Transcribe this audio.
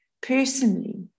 personally